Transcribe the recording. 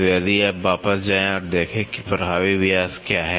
तो यदि आप वापस जाएं और देखें कि प्रभावी व्यास क्या है